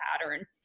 pattern